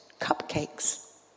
cupcakes